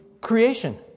creation